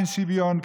אין שוויון,